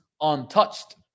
untouched